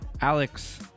Alex